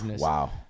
Wow